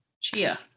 Chia